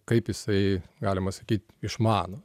kaip jisai galima sakyt išmano